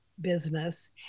business